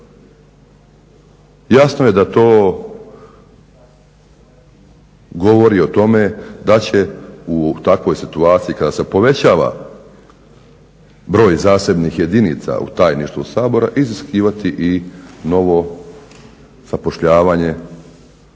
Jasno je da to govori o tome da će u takvoj situaciji kada se povećava broj zasebnih jedinica u Tajništvu Sabora iziskivati i novo zapošljavanje